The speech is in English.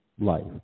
life